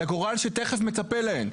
לגורל שתכף מצפה להן.